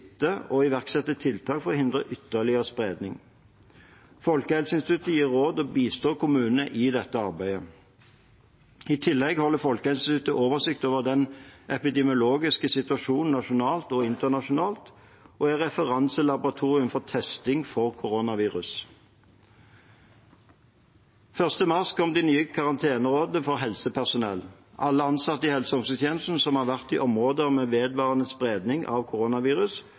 og iverksette tiltak for å hindre ytterligere spredning. Folkehelseinstituttet gir råd og bistår kommunene i dette arbeidet. I tillegg holder Folkehelseinstituttet oversikt over den epidemiologiske situasjonen nasjonalt og internasjonalt og er referanselaboratorium for testing for koronavirus. Den 1. mars kom det nye karanteneråd for helsepersonell. Alle ansatte i helse- og omsorgstjenesten som har vært i områder med vedvarende spredning av koronavirus,